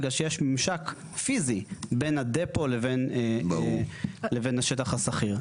בגלל שיש ממשק פיזי בין הדפו לבין השטח הסחיר.